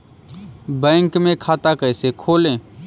Bank में खाता कैसे खोलें?